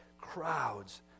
crowds